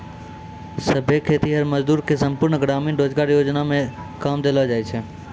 सभै खेतीहर मजदूर के संपूर्ण ग्रामीण रोजगार योजना मे काम देलो जाय छै